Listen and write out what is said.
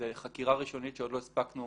זו חקירה ראשונית שעוד לא הספקנו